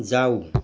जाऊ